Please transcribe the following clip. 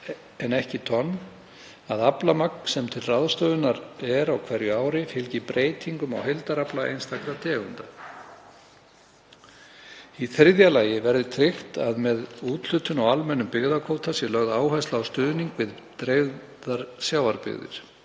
en ekki tonn að aflamagn sem til ráðstöfunar er á hverju ári fylgi breytingum á heildarafla einstakra tegunda. Í þriðja lagi verði tryggt að með úthlutun á almennum byggðakvóta sé lögð áhersla á stuðning við dreifðar sjávarbyggðir.